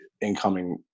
incoming